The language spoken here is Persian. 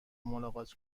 ملاقات